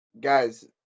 Guys